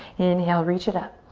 inhale, reach it up.